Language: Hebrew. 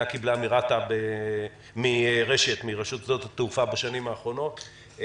קיבלה מרש"ת (רשות שדות התעופה) בשנים האחרונות,